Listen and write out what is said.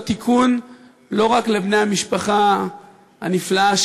תיקון לא רק למען בני-המשפחה הנפלאה,